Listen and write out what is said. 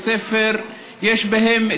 יש בהם בתי ספר,